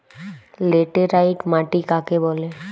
Laterite মাটি কাকে বলে?